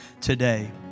today